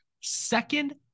second